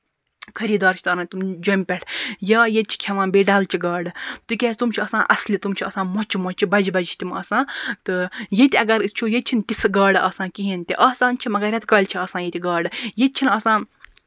خٔریٖدار چھِ تاران تِم جۄمہِ پٮ۪ٹھ یا ییٚتہِ چھِ کھیٚوان بیٚیہِ ڈَلچہٕ گاڈٕ تِکیازِ تِم چھِ آسان اَصلہِ تِم چھِ آسان مۄچہِ مۄچہِ بَجہِ بَجہِ چھِ تِم آسان تہٕ ییٚتہِ اَگر أسۍ وُچھو ییٚتہِ چھِنہٕ تِژھٕ گاڈٕ آسان کِہیٖنۍ تہِ آسان چھِ مَگر ریٚتہٕ کالہِ چھِ آسان ییٚتہِ گاڈٕ ییٚتہِ چھِنہٕ آسان